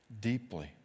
deeply